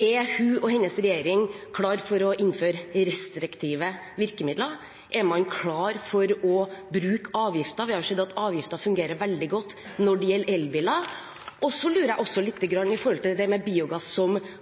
Er statsråden og hennes regjering klar for å innføre restriktive virkemidler? Er man klar for å bruke avgifter? Vi har jo sett at avgifter fungerer veldig godt når det gjelder elbiler.